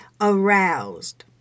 aroused